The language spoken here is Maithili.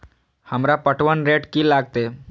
हमरा पटवन रेट की लागते?